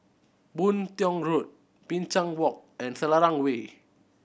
Boon Tiong Road Binchang Walk and Selarang Way